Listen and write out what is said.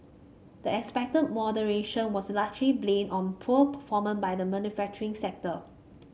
the expected moderation was largely blamed on poor performance by the manufacturing sector